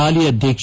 ಹಾಲಿ ಅಧ್ಯಕ್ಷ